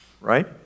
Right